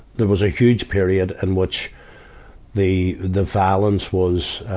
there was a huge period in which the, the violence was,